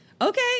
okay